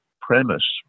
premise